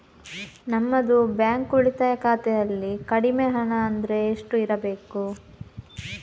ನಮ್ಮದು ಬ್ಯಾಂಕ್ ಉಳಿತಾಯ ಖಾತೆಯಲ್ಲಿ ಕಡಿಮೆ ಹಣ ಅಂದ್ರೆ ಎಷ್ಟು ಇರಬೇಕು?